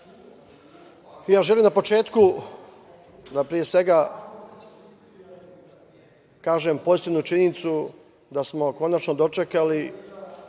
želim na početku da pre svega kažem posebnu činjenicu da smo konačno dočekali